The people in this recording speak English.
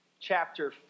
chapter